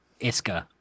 Iska